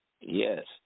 yes